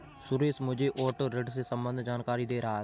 सुरेश मुझे ऑटो ऋण से संबंधित जानकारी दे रहा था